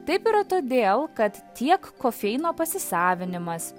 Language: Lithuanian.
taip yra todėl kad tiek kofeino pasisavinimas